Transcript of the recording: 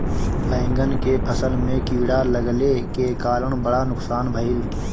बैंगन के फसल में कीड़ा लगले के कारण बड़ा नुकसान भइल